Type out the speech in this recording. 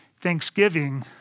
Thanksgiving